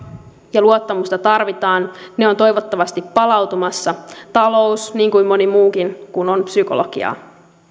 ja luottamusta tarvitaan ne ovat toivottavasti palautumassa talous niin kuin moni muukin kun on psykologiaa